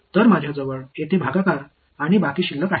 तर माझ्याजवळ येथे भागाकार आणि बाकी शिल्लक आहे